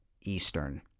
Eastern